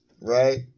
Right